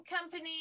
company